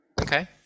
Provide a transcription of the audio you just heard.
Okay